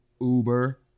Uber